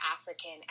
African